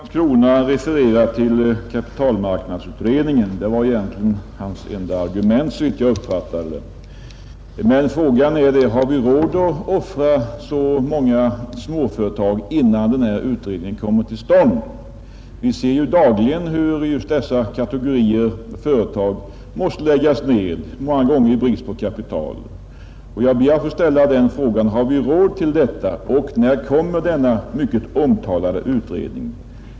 Herr talman! Herr Bengtsson i Landskrona refererar till kapitalmarknadsutredningen. Det var egentligen hans enda argument, såvitt jag uppfattade det. Men frågan är om vi har råd att offra så många småföretag innan denna utredning kommer till stånd. Vi ser ju dagligen hur företag av just dessa kategorier måste läggas ned, många gånger i brist på kapital. Jag ber att få ställa frågan: Har vi råd till detta och när kommer den mycket omtalade utredningen?